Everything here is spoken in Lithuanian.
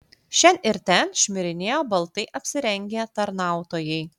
šen ir ten šmirinėjo baltai apsirengę tarnautojai